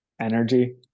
energy